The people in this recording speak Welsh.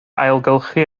ailgylchu